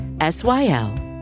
S-Y-L